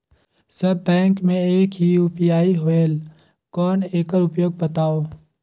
सब bank मे एक ही यू.पी.आई होएल कौन एकर उपयोग बताव?